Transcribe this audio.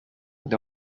ndi